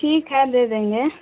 ठीक है दे देंगे